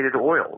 oils